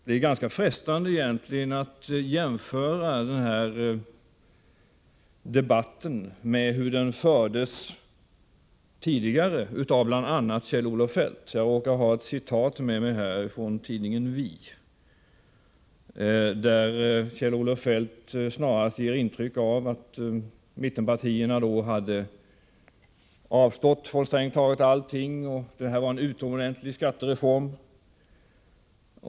Det är egentligen ganska frestande att jämföra den här debatten med den förbättra den svenska ekonomin förbättra den svenska ekonomin debatten som fördes tidigare av bl.a. Kjell-Olof Feldt. Jag råkar ha ett citat med mig från tidningen Vi, där Kjell-Olof Feldt snarast vill ge intryck av att mittenpartierna hade avstått från strängt taget allt och att det var en utomordentlig skattereform.